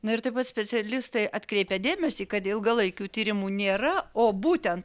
na ir taip pat specialistai atkreipia dėmesį kad ilgalaikių tyrimų nėra o būtent